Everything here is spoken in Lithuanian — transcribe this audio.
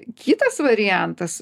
kitas variantas